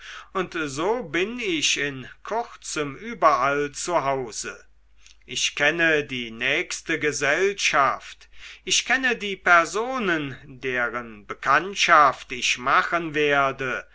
und so bin ich in kurzem überall zu hause ich kenne die nächste gesellschaft ich kenne die personen deren bekanntschaft ich machen werde